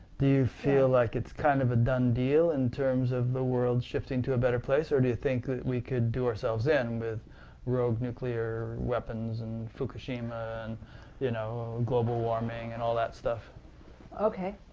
do you feel like it's kind of a done deal in terms of the world shifting to a better place, or do you think that we can do ourselves in, with rogue nuclear weapons, and fukushima, and you know global warming, and all that stuff? connie okay,